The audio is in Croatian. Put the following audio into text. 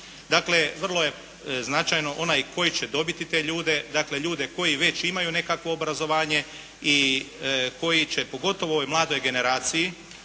bilo. Vrlo je značajno onaj koji će dobiti te ljude, ljude koji već imaju nekakvo obrazovanje i koji će pogotovo ovoj mladoj generaciji,